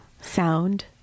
Sound